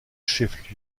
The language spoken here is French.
chef